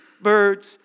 birds